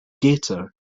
gator